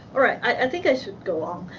right. i think i should go on.